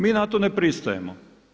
Mi na to ne pristajemo.